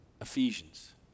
Ephesians